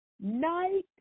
night